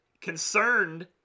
concerned